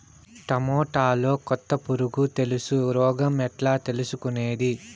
టమోటాలో కొత్త పులుగు తెలుసు రోగం ఎట్లా తెలుసుకునేది?